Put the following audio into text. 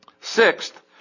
Sixth